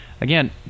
Again